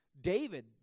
David